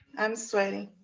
i'm sweating.